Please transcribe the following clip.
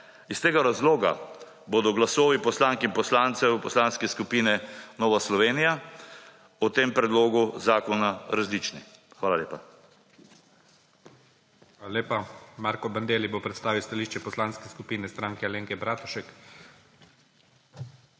Iz tega razloga bodo glasovi poslank in poslancev Poslanske skupine Nova Slovenija o tem predlogu zakona različni. Hvala lepa. **PREDSEDNIK IGOR ZORČIČ:** Hvala lepa. Marko Bandelli bo predstavil stališče Poslanske skupine Stranke Alenke Bratušek.